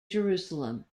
jerusalem